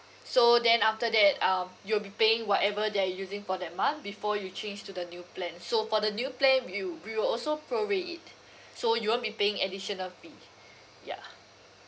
so then after that um you'll be paying whatever that you're using for that month before you change to the new plan so for the new plan we we will also prorate it so you won't be paying additional fee ya